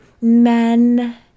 men